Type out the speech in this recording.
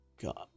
God